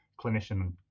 clinician